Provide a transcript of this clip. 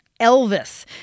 Elvis